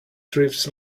drifts